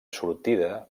sortida